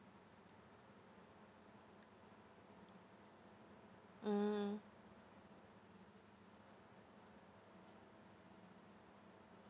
mm